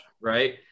right